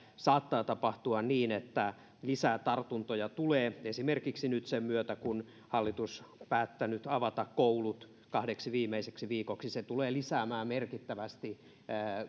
saattaa tapahtua niin että lisää tartuntoja tulee esimerkiksi nyt sen myötä kun hallitus on päättänyt avata koulut kahdeksi viimeiseksi viikoksi se tulee lisäämään merkittävästi